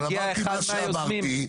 אבל אמרתי מה שאמרתי.